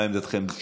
מה עמדתכם?